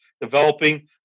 developing